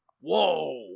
Whoa